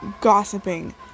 gossiping